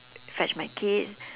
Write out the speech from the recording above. fetch my kids